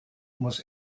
muss